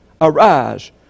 Arise